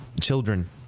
children